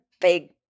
big